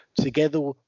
Together